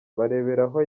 bareberaho